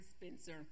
Spencer